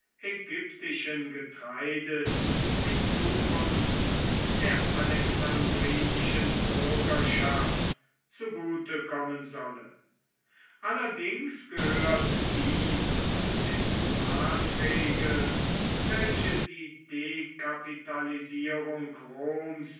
ägyptischen getreides in zukunft der alexandrinischen bürgerschaft zugute kommen solle allerdings gehört dies zu den maßregeln welche die dekapitalisierung roms